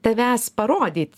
tavęs parodyt